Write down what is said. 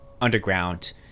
underground